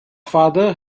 father